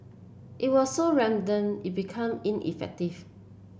it was so random it become ineffective